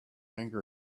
angry